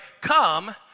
come